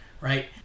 right